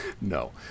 No